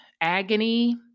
agony